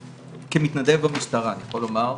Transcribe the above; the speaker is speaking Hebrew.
כמתנדב במשטרה אני יכול לומר,